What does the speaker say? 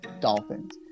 Dolphins